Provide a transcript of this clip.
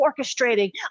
orchestrating